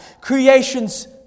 creation's